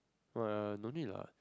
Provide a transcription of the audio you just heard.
uh no need lah